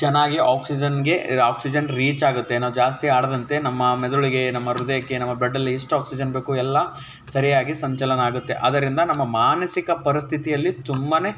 ಚೆನ್ನಾಗಿ ಆಕ್ಸಿಜನ್ಗೆ oxygen reach ಆಗುತ್ತೆ ನಾವು ಜಾಸ್ತಿ ಆಡಿದಂತೆ ನಮ್ಮ ಮೆದುಳಿಗೆ ನಮ್ಮ ಹೃದಯಕ್ಕೆ ನಮ್ಮ ಬ್ಲಡಲ್ಲಿ ಎಷ್ಟು ಆಕ್ಸಿಜನ್ ಬೇಕು ಎಲ್ಲ ಸರಿಯಾಗಿ ಸಂಚಲನ ಆಗುತ್ತೆ ಆದ್ದರಿಂದ ನಮ್ಮ ಮಾನಸಿಕ ಪರಿಸ್ಥಿತಿಯಲ್ಲಿ ತುಂಬಾ